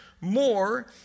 more